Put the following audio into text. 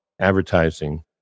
advertising